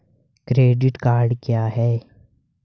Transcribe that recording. Credit card क्या है?